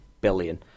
billion